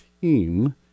team